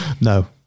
no